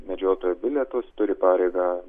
medžiotojo bilietus turi pareigą